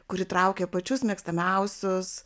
kur įtraukė pačius mėgstamiausius